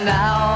now